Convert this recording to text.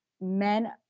men